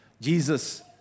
Jesus